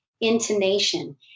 intonation